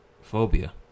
phobia